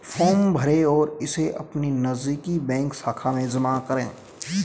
form भरें और इसे अपनी नजदीकी बैंक शाखा में जमा करें